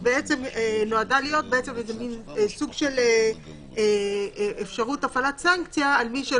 היא נועדה להיות סוג של אפשרות הפעלת סנקציה על מישהו